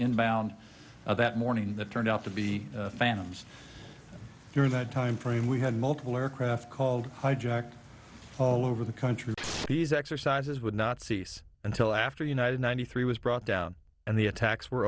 inbound that morning that turned out to be phantoms during that timeframe we had multiple aircraft called hijacked all over the country these exercises would not cease until after united ninety three was brought down and the attacks were